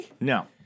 No